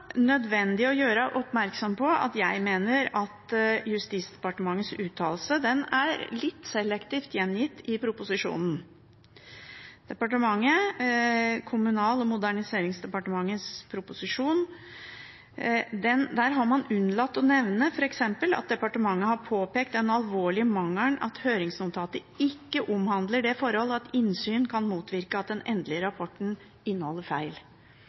nødvendig å gjøre oppmerksom på – det mener jeg – at Justisdepartementets uttalelse er litt selektivt gjengitt i proposisjonen. I Kommunal- og moderniseringsdepartementets proposisjon har man unnlatt å nevne f.eks. at departementet har påpekt den alvorlige mangelen at høringsnotatet ikke omhandler det forhold at innsyn kan motvirke at den endelige rapporten inneholder feil.